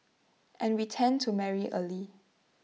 and we tend to marry early